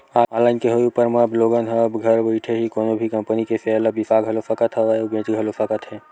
online के होय ऊपर म अब लोगन ह अब घर बइठे ही कोनो भी कंपनी के सेयर ल बिसा घलो सकत हवय अउ बेंच घलो सकत हे